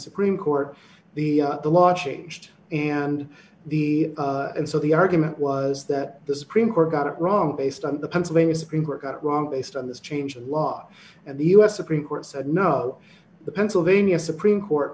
supreme court the law changed and the and so the argument was that the supreme court got it wrong based on the pennsylvania supreme court got it wrong based on this change of law and the u s supreme court said no the pennsylvania supreme court